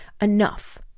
Enough